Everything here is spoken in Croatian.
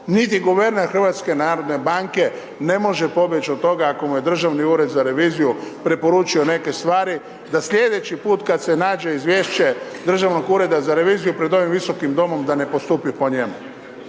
niti guverner HNB-a ne može pobjeć od toga ako mu je Državni ured za reviziju preporučio neke stvari da slijedeći put kad se nađe izvješće Državnog ureda za reviziju pred ovim Visokim domom da ne postupi po njemu.